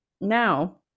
now